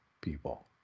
people